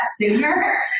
sooner